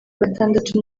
gatandatu